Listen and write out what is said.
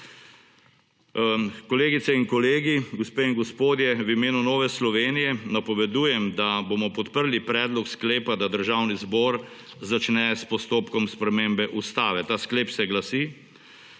Kolegice in kolegi, gospe in gospodje, v imenu Nove Slovenije napovedujem, da bomo podprli predlog sklepa, da Državni zbor začne s postopkom spremembe ustave. Ta sklep se glasi,